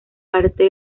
parte